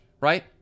right